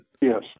Yes